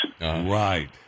Right